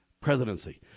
presidency